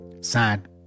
sad